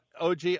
OG